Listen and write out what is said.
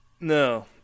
No